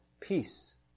peace